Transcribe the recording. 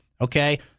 okay